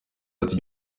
ati